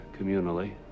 communally